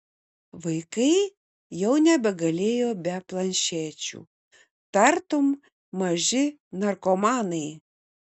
vaikai jau nebegalėjo be planšečių tartum maži narkomanai